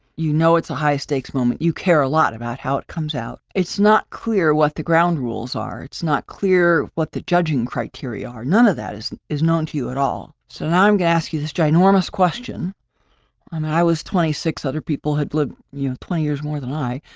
you know, it's a high stakes moment you care a lot about how it comes out. it's not clear what the ground rules are. it's not clear what the judging criteria are, none of that is is known to you at all. so, now i'm gonna ask you this ginormous question. and i was twenty six, other people have lived twenty years more than i,